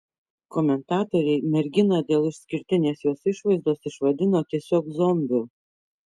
komentatoriai merginą dėl išskirtinės jos išvaizdos išvadino tiesiog zombiu